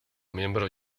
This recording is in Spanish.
miembro